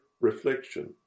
reflection